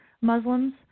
Muslims